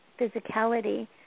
physicality